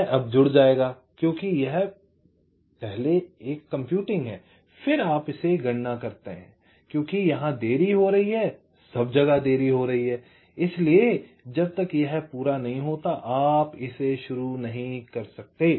यह अब जुड़ जाएगा क्योंकि यह एक पहले कंप्यूटिंग है और फिर आप इसे गणना करते हैं और क्योंकि यहां देरी हो रही है सब जगह देरी हो रही है इसलिए जब तक यह पूरा नहीं होता है आप इसे शुरू नहीं कर सकते